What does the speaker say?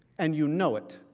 and you know it.